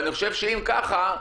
אני חושב שאם זה כך,